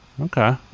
okay